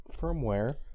firmware